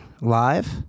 live